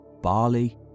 barley